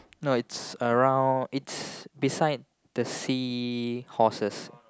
no it's around it's beside the seahorses